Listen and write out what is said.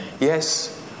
yes